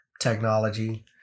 technology